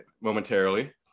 momentarily